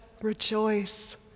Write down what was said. rejoice